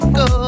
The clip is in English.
go